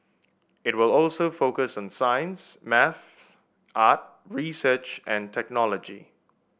it will also focus on science maths art research and technology